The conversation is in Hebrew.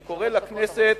אני קורא לכנסת